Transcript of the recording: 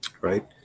right